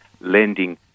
lending